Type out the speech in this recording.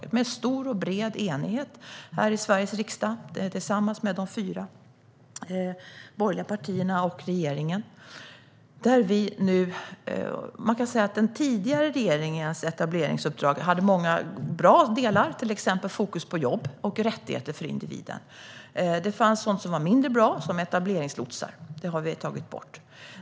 Detta skedde i stor och bred enighet mellan de fyra borgerliga partierna och regeringen. Den tidigare regeringens etableringsuppdrag hade många bra delar, till exempel fokus på jobb och rättigheter för individen. Det fanns även sådant som var mindre bra, såsom etableringslotsar, som vi har tagit bort.